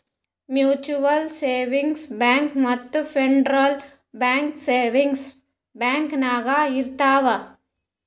mutual savings bank ಮತ್ತ federal bank savings bank ನಾಗ್ ಬರ್ತಾವ್